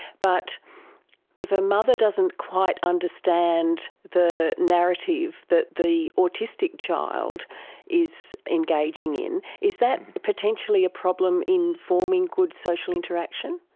but if a mother doesn't quite understand the narrative that the autistic child is engaging in, is that potentially a problem in forming good social interaction?